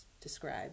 describe